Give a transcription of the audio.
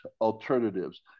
alternatives